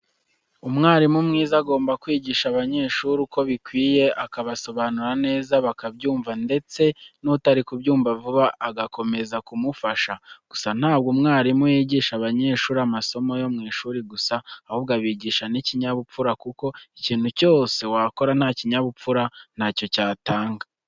Umwarimu mwiza agomba kwigisha abanyeshuri uko bikwiye, akabasobanurira neza bakabyumva ndetse nutari kubyumva vuba agakomeza kumufasha .Gusa ntabwo umwarimu yigisha abanyeshuri amasomo yo mu ishuri gusa ahubwo abigisha n'ikinyabupfura kuko ikintu cyose wakora nta kinyabupfura ntacyo cyatanga.